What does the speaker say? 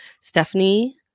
Stephanie